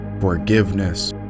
Forgiveness